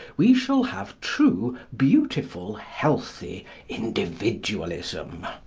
we shall have true, beautiful, healthy individualism.